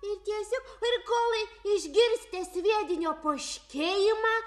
ir tiesiog ir kol išgirsite sviedinio poškėjimą